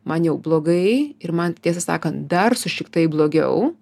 man jau blogai ir man tiesą sakant dar sušiktai blogiau